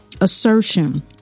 assertion